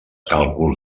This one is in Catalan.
càlculs